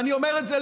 ואני אומר את זה,